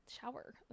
shower